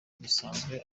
bisanzwe